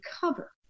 cover